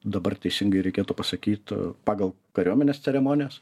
dabar teisingai reikėtų pasakyt pagal kariuomenės ceremonijas